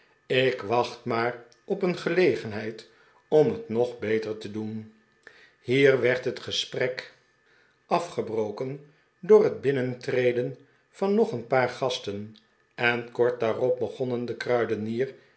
ik wacht maar op een gelegenheid om het nog beter te doen hier werd het gesprek afgebroken door het binnentreden van nog een paar gasten en kort daarop begonnen de kruidenier